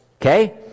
Okay